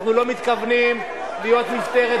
אנחנו לא מתכוונים להיות משטרת,